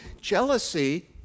Jealousy